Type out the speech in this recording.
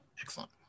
Excellent